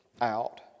out